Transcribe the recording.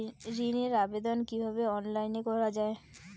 ঋনের আবেদন কিভাবে অনলাইনে করা যায়?